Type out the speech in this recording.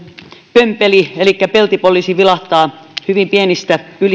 pömpeli elikkä peltipoliisi vilahtaa hyvin pienistä